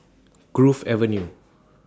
Grove Avenue